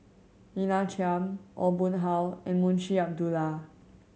Lina Chiam Aw Boon Haw and Munshi Abdullah